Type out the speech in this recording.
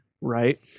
right